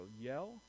yell